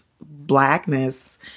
Blackness